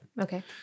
okay